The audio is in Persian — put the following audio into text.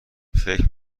فکر